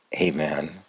Amen